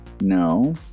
no